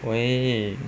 喂